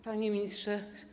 Panie Ministrze!